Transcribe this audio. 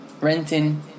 renting